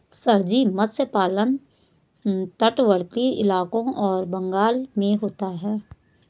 sir ji मत्स्य पालन तटवर्ती इलाकों और बंगाल में होता है